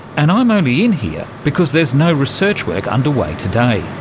and i'm only in here because there's no research work underway today.